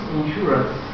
insurance